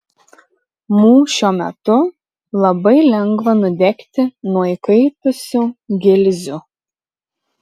mūšio metu labai lengva nudegti nuo įkaitusių gilzių